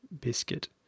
biscuit